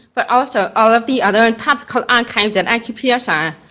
but also all of the other and topical archives at icpsr.